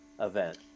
event